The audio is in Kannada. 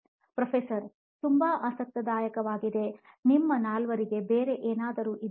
ಪ್ರೊಫೆಸರ್ ತುಂಬಾ ಆಸಕ್ತಿದಾಯಕವಾಗಿದೆ ನಿಮ್ಮ ನಾಲ್ವರಿಗೆ ಬೇರೆ ಏನಾದರು ಇದೆಯಾ